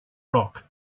rock